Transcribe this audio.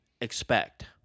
expect